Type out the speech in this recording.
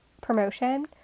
promotion